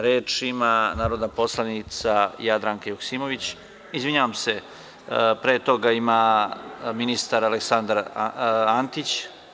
Reč ima narodna poslanica Jadranka Joksimović, izvinjavam se, pre toga reč ima ministar Aleksandar Antić.